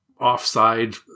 offside